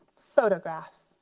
photograph.